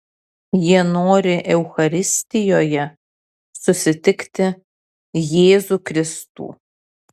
jie nori eucharistijoje susitikti jėzų kristų